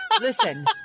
Listen